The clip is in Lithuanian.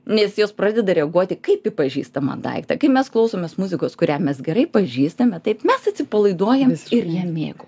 nes jos pradeda reaguoti kaip į pažįstamą daiktą kai mes klausomės muzikos kurią mes gerai pažįstame taip mes atsipalaiduojam ir ja mėgau